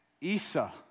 Isa